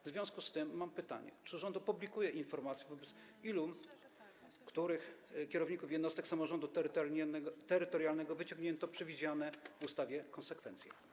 W związku z tym mam pytanie: Czy rząd opublikuje informację, wobec ilu i których kierowników jednostek samorządu terytorialnego wyciągnięto przewidziane w ustawie konsekwencje?